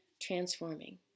transforming